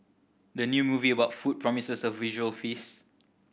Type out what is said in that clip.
the new movie about food promises a visual feast